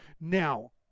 now